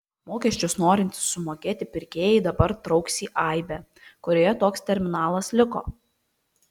mokesčius norintys sumokėti pirkėjai dabar trauks į aibę kurioje toks terminalas liko